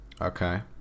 Okay